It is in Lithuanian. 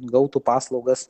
gautų paslaugas